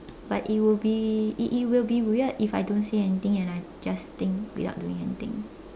but it will be it it will be weird if I don't say anything and I just think without doing anything